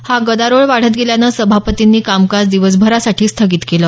हा गदारोळ वाढत गेल्यानं सभापतींनी कामकाज दिवसभरासाठी स्थगित केलं